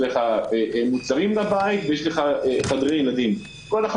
מוצרים לבית וחדרי ילדים כל בעלי